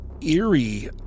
eerie